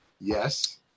Yes